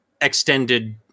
extended